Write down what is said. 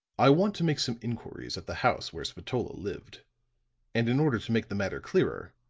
i want to make some inquiries at the house where spatola lived and in order to make the matter clearer,